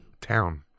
town